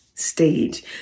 stage